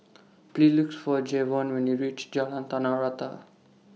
Please Look For Jevon when YOU REACH Jalan Tanah Rata